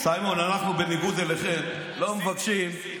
סיימון, אנחנו, בניגוד אליכם, סימון.